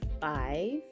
five